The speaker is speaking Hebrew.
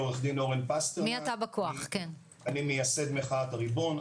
אני מייסד מחאת הריבון,